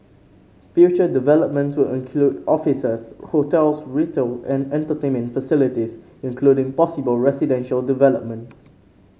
future developments will include offices hotels retail and entertainment facilities including possible residential developments